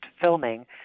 filming